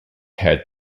haired